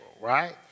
right